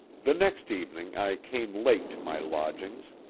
the next evening i came late to my lodgings.